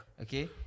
Okay